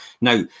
Now